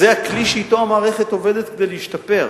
זה הכלי שאתו המערכת עובדת כדי להשתפר,